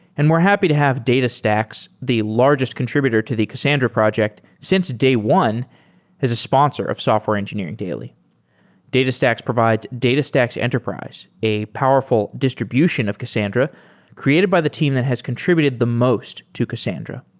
and we're happy to have datastax, the largest contributed to the cassandra project since day one as a sponsor of software engineering daily datastax provides datastax enterprise, a powerful distribution of cassandra created by the team that has contributed the most to cassandra.